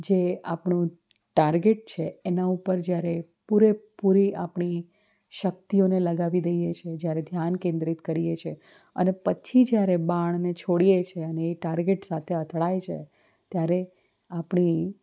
જે આપણું ટાર્ગેટ છે એનાં ઉપર જ્યારે પૂરેપૂરી આપણી શક્તિઓને લગાવી દઈએ છીએ જ્યારે ધ્યાન કેન્દ્રિત કરીએ છીએ અને પછી જ્યારે બાણને છોડીએ છીએ અને એ ટાર્ગેટ સાથે અથડાય છે ત્યારે આપણી